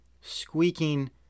squeaking